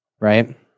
Right